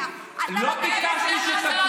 אתה תוסיף לי את זה,